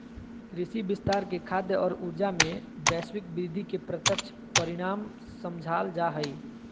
कृषि विस्तार के खाद्य और ऊर्जा, में वैश्विक वृद्धि के प्रत्यक्ष परिणाम समझाल जा हइ